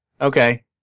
Okay